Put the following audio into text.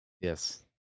Yes